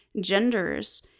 genders